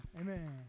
amen